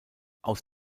aus